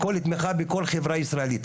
בכל תמיכה בכל חברה ישראלית,